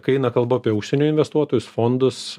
kai eina kalba apie užsienio investuotojus fondus